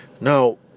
Now